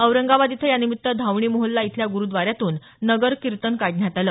औरंगाबाद इथं यानिमित्त धावणी मोहल्ला इथल्या ग्रुद्वार्यातून नगर किर्तन काढण्यात आलं